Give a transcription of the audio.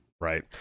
Right